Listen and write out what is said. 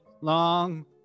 long